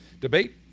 debate